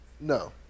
No